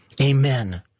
Amen